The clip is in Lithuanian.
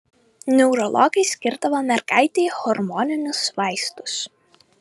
neurologai skirdavo mergaitei hormoninius vaistus